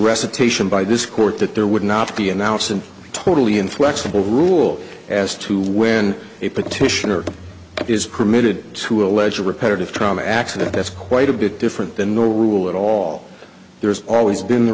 recitation by this court that there would not be announced and totally inflexible rule as to when a petitioner is permitted to allege a repetitive trauma accident that's quite a bit different than normal rule at all there's always been the